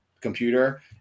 computer